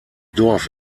dorf